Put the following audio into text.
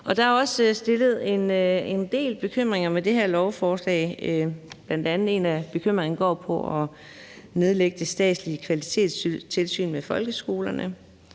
Der er også kommet en del bekymringer med det her lovforslag. En af bekymringerne går bl.a. på det med at nedlægge det statslige kvalitetstilsyn med folkeskolerne.